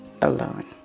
alone